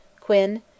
Quinn